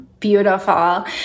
Beautiful